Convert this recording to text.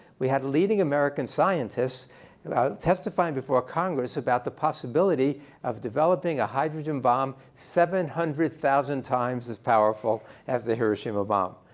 we had leading american scientists testifying before congress about the possibility of developing a hydrogen bomb seven hundred thousand times as powerful as the hiroshima bomb.